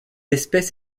espèce